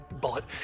bullet